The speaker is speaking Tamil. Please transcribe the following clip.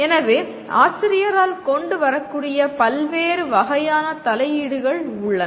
எனவே ஆசிரியரால் கொண்டு வரக்கூடிய பல்வேறு வகையான தலையீடுகள் உள்ளன